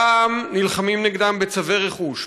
פעם נלחמים נגדם בצווי רכוש,